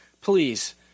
please